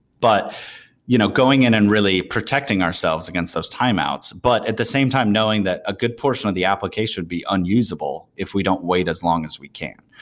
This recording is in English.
but you know going in and really protecting ourselves against those timeouts, but at the same time knowing that a good portion of the application would be unusable if we don't wait as long as we can,